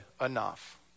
enough